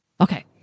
okay